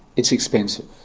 it's expensive.